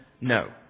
No